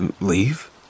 Leave